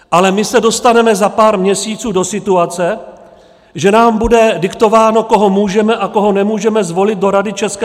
Ale my se dostaneme za pár měsíců do situace, že nám bude diktováno, koho můžeme a koho nemůžeme zvolit do Rady ČT.